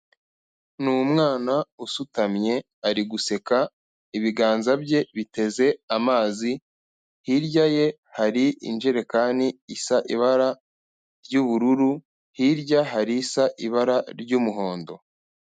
Ni umwana usutamye ari guseka, ibiganza bye biteze amazi, hirya ye hari injerekani isa ibara ry'ubururu, hirya hari isa ibara ry'umuhondo.